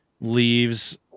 leaves